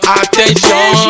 attention